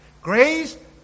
Grace